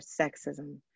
sexism